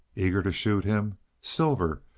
eager to shoot him silver,